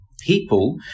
people